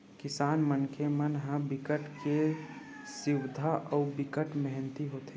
किसान मनखे मन ह बिकट के सिधवा अउ बिकट मेहनती होथे